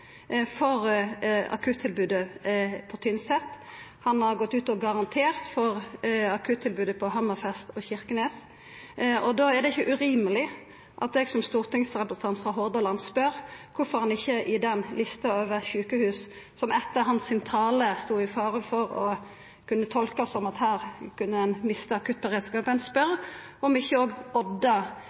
for helse- og omsorgsministeren har gått ut i media og garantert for akuttilbodet på Tynset. Han har gått ut og garantert for akuttilbodet i Hammerfest og Kirkenes, og då er det ikkje urimeleg at eg som stortingsrepresentant frå Hordaland når det gjeld dei sjukehusa på lista hans som etter talen hans kunne tolkast som å stå i fare for å mista akuttberedskapen, spør om ikkje Odda kunne få ein